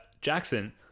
Jackson